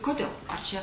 kodėl čia